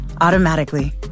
automatically